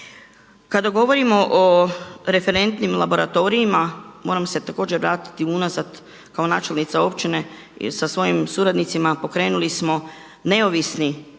Kada govorimo o referentnim laboratorijama moram se također vratiti unazad kao načelnica općine sa svojim suradnicima pokrenuli smo neovisni laboratorij